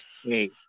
Hey